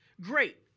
great